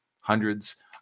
hundreds